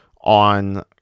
on